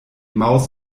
maus